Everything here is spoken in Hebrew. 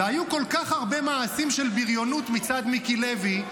והיו כל כך הרבה מעשים של בריונות מצד מיקי לוי,